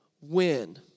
win